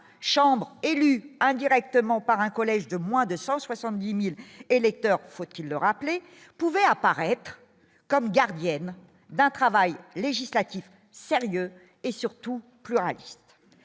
chambre élue indirectement par un collège de moins de 170000 électeurs, faut-il le rappeler, pouvait apparaître comme gardienne d'un travail législatif sérieux et surtout plus réaliste